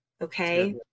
Okay